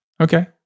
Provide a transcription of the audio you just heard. Okay